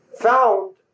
found